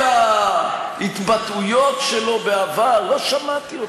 כל ההתבטאויות שלו בעבר, לא שמעתי אותן,